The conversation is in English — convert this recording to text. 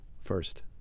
first